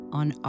on